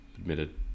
admitted